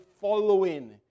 following